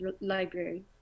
library